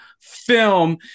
film